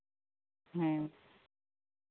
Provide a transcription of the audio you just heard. ᱦᱮᱸ